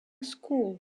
school